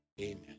Amen